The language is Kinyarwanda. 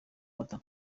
mata